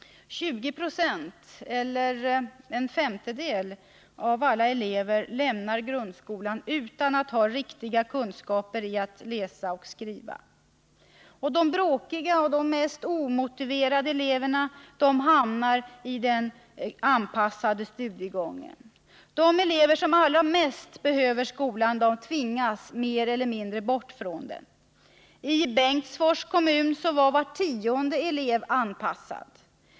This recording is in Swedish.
20 96 eller en femtedel av alla elever lämnar grundskolan utan att ha riktiga kunskaper i att läsa och skriva. De bråkiga och mest omotiverade eleverna hamnar i den anpassade studiegången. De elever som allra mest behöver skolan tvingas mer eller mindre bort från den. I Bengtsfors är t.ex. var tionde elev anpassad.